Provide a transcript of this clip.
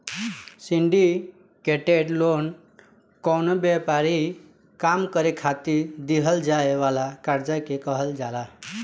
syndicated loan कवनो व्यापारिक काम करे खातिर दीहल जाए वाला कर्जा के कहल जाला